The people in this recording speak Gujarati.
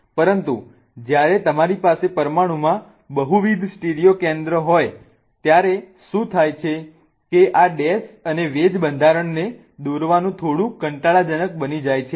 પરંતુ જ્યારે તમારી પાસે પરમાણુમાં બહુવિધ સ્ટીરિયો કેન્દ્રો હોય ત્યારે શું થાય છે કે આ ડેશ અને વેજ બંધારણને દોરવાનું થોડું કંટાળાજનક બની જાય છે